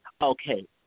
Okay